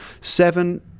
seven